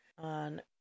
on